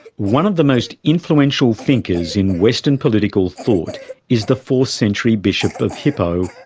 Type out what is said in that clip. one of the most influential thinkers in western political thought is the fourth century bishop of hippo,